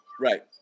Right